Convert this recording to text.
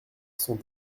sont